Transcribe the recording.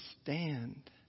stand